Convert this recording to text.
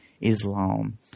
Islam